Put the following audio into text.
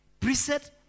Preset